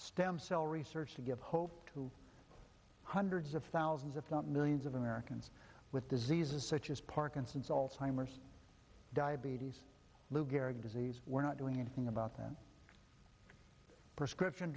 stem cell research to give hope to hundreds of thousands if not millions of americans with diseases such as parkinson's alzheimer's diabetes lou gehrig's disease we're not doing anything about that prescription